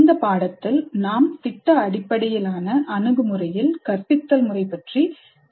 இந்த பாடத்தில் நாம் திட்ட அடிப்படையிலான அணுகுமுறையில் கற்பித்தல் முறை பற்றி புரிந்து கொள்வோம்